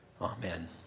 amen